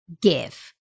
give